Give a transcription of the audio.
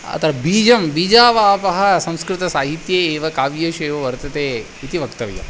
अत्र बीजं बीजावापः संस्कृतसाहित्ये एव काव्येषु एव वर्तते इति वक्तव्यम्